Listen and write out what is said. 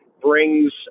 brings